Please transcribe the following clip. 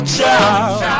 child